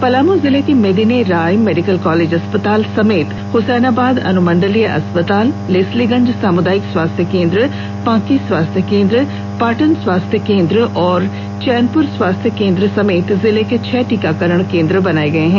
पलामू जिले के Medini Rai medical college अस्पताल समेत हुसैनाबाद अनुमंडलीय अस्पताल लेस्लीगंज सामुदायिक स्वास्थ्य केंद्र पांकी स्वास्थ्य केंद्र पाटन स्वास्थ्य केंद्र और चैनपुर स्वास्थ्य केंद्र समेत जिले में छह टीकाकरण केंद्र बनाए गए हैं